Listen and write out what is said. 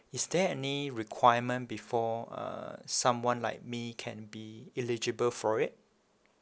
is there any requirement before uh someone like me can be eligible for it